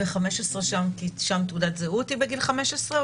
שם יש תעודת זהות בגיל 15?